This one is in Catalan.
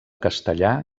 castellà